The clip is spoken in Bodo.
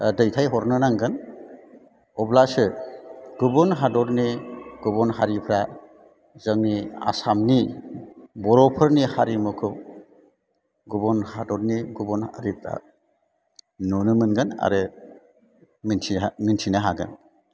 ओह दैथाय हरनो नांगोन अब्लासो गुबुन हादरनि गुबुन हारिफ्रा जोंनि आसामनि बर'फोरनि हारिमुखौ गुबुन हादरनि गुबुन हारिफोरा नुनो मोनगोन आरो मिथिहो मिथिनो हागोन